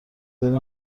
برین